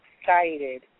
excited